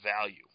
value